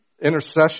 Intercession